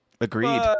agreed